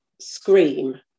scream